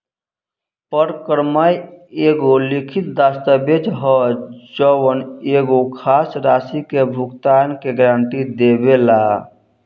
परक्रमय एगो लिखित दस्तावेज ह जवन एगो खास राशि के भुगतान के गारंटी देवेला